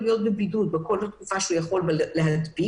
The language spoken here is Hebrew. להיות בבידוד בכל התקופה שהוא יכול להדביק,